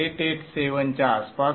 887 च्या आसपास आहे